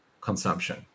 consumption